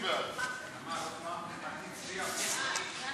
חוק הגנת הצרכן (תיקון